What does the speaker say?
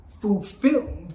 fulfilled